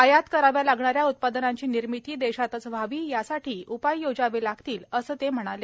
आयात कराव्या लागणाऱ्या उत्पादनांची निर्मिती देशातच व्हावी यासाठी उपाय योजावे लागतील असं पंतप्रधान म्हणाले